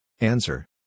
Answer